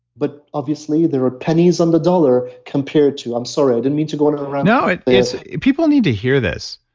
but obviously there are pennies on the dollar compared to. i'm sorry, i didn't mean to go on a rant no, and people need to hear this.